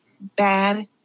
bad